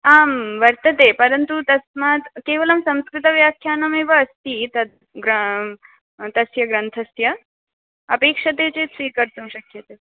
आं वर्तते परन्तु तस्मात् केवलं संस्कृतव्याख्यानमेव अस्ति तद् ग्र तस्य ग्रन्थस्य अपेक्ष्यते चेत् स्वीकर्तुं शक्यते